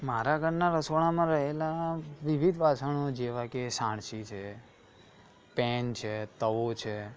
મારા ઘરનાં રસોડામાં રહેલાં વિવિધ વાસણો જેવા કે સાણસી છે પેન છે તવો છે